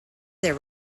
their